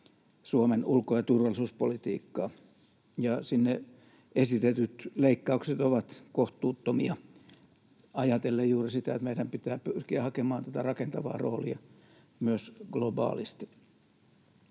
Suomen ulko- ja turvallisuuspolitiikkaa, ja sinne esitetyt leikkaukset ovat kohtuuttomia ajatellen juuri sitä, että meidän pitää pyrkiä hakemaan tätä rakentavaa roolia myös globaalisti.